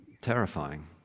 terrifying